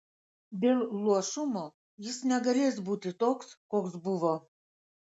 dėl luošumo jis negalės būti toks koks buvo